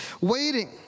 waiting